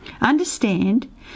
Understand